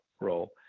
role